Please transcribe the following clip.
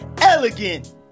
elegant